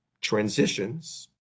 transitions